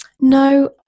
No